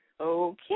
Okay